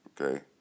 okay